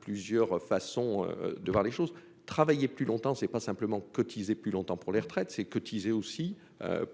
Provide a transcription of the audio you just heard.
plusieurs façons de voir les choses, travailler plus longtemps, c'est pas simplement cotiser plus longtemps pour les retraites s'est cotisé aussi